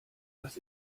was